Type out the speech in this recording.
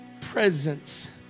presence